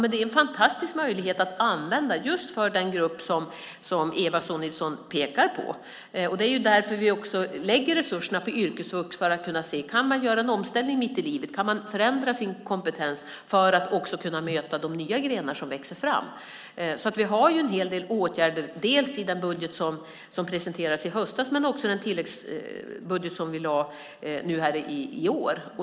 Det är en fantastisk möjlighet att använda just för den grupp som Eva Sonidsson pekar på. Det är därför vi också lägger resurserna på yrkesvux för att kunna se om man kan göra en omställning mitt i livet och förändra sin kompetens för att också kunna möta de nya grenar som växer fram. Vi har alltså en hel del åtgärder, dels i den budget som presenterades i höstas, dels i den tilläggsbudget som vi lade fram nu i år.